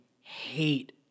hate